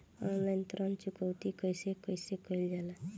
Online ऋण चुकौती कइसे कइसे कइल जाला?